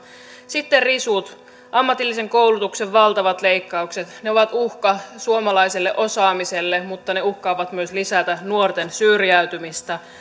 sitten risut ammatillisen koulutuksen valtavat leikkaukset ne ovat uhka suomalaiselle osaamiselle mutta ne uhkaavat myös lisätä nuorten syrjäytymistä